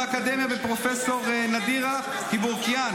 בפרופ' נדירה קיבורקיאן